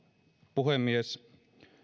puhemies